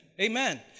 amen